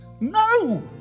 No